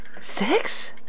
Six